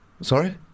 Sorry